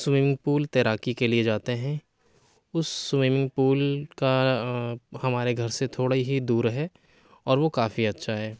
swimming pool تیراکی کے لیے جاتے ہیں اس سوئمنگ پول کا ہمارے گھر سے تھوڑے ہی دور ہے اور وہ کافی اچھا ہے